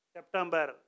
September